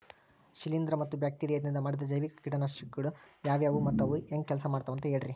ಶಿಲೇಂಧ್ರ ಮತ್ತ ಬ್ಯಾಕ್ಟೇರಿಯದಿಂದ ಮಾಡಿದ ಜೈವಿಕ ಕೇಟನಾಶಕಗೊಳ ಯಾವ್ಯಾವು ಮತ್ತ ಅವು ಹೆಂಗ್ ಕೆಲ್ಸ ಮಾಡ್ತಾವ ಅಂತ ಹೇಳ್ರಿ?